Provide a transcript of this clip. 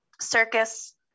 circus